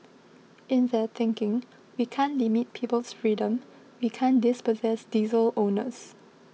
in their thinking we can't limit people's freedom we can't dispossess diesel owners